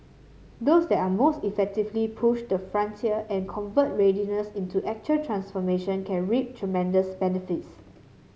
those that most effectively push the frontier and convert readiness into actual transformation can reap tremendous benefits